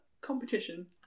competition